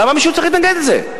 למה מישהו צריך להתנגד לזה?